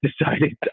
decided